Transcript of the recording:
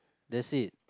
that's it